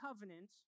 covenant